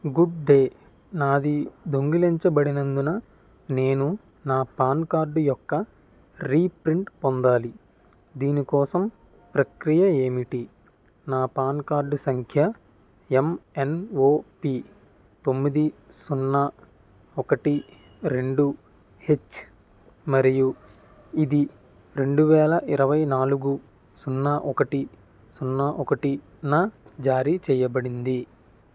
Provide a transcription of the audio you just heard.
good day నాది దొంగిలించబడినందున నేను నా పాన్ కార్డు యొక్క రీప్రింట్ పొందాలి దీని కోసం ప్రక్రియ ఏమిటి నా పాన్ కార్డు సంఖ్య ఎంఎన్ఓపి తొమ్మిది సున్నా ఒకటి రెండు హెచ్ మరియు ఇది రెండు వేల ఇరవై నాలుగు సున్నా ఒకటి సున్నా ఒకటిన జారీ చెయ్యబడింది